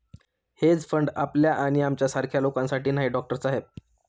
hedge fund आपल्या आणि आमच्यासारख्या लोकांसाठी नाही, डॉक्टर साहेब